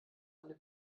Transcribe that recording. eine